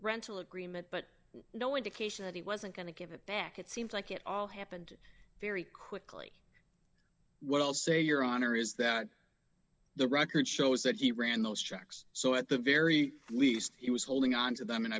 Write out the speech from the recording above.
rental agreement but no indication that he wasn't going to give it back it seems like it all happened very quickly what i'll say your honor is that the record shows that he ran those checks so at the very least he was holding on to them and